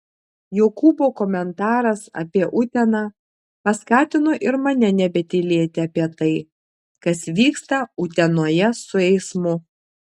jokūbo komentaras apie uteną paskatino ir mane nebetylėti apie tai kas vyksta utenoje su eismu